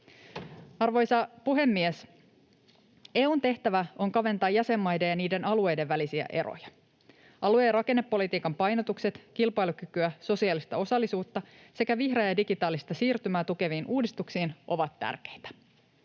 Arvoisa puhemies! EU:n tehtävä on kaventaa jäsenmaiden ja niiden alueiden välisiä eroja. Alue- ja rakennepolitiikan painotukset kilpailukykyä, sosiaalista osallisuutta sekä vihreää ja digitaalista siirtymää tukeviin uudistuksiin ovat tärkeitä.